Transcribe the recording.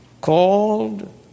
called